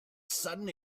sudden